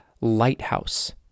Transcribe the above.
lighthouse